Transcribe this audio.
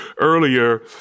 earlier